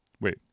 wait